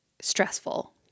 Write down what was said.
stressful